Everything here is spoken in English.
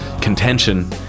contention